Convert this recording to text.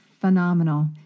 phenomenal